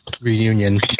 reunion